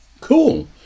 Cool